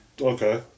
Okay